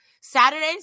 Saturdays